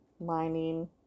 mining